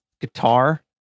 guitar